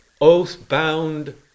oath-bound